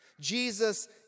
Jesus